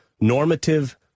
normative